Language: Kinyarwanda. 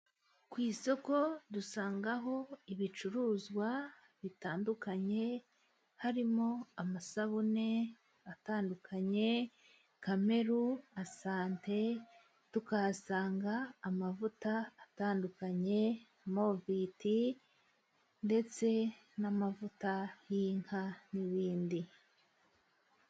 Ku isoko dusangayo ibicuruzwa bitandukanye harimo amasabune atandukanye kameru, asante. Tukahasanga amavuta atandukanye moviti ndetse n'amavuta y'inka n'ibindi.